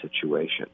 situation